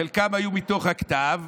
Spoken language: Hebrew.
חלקם היו מתוך הכתב,